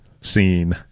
scene